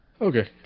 Okay